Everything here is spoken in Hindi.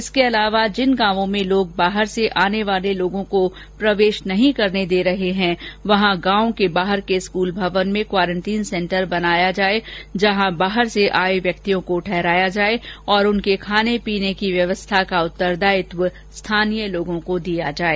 इसके अलावा जिन गांवों में लोग बाहर से आने वाले लोगों को प्रवेश नहीं करने दे रहे हैं वहां गांव के बाहर स्कूल भवन में क्वारंटीन सेंटर बनाया जाए जहां बाहर से आए व्यक्तियों को ठहराया जाए और उनके खाने पीने की व्यवस्था का उत्तरदायित्व स्थानीय लोगों को दिया जाए